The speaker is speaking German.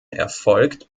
erfolgt